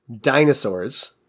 dinosaurs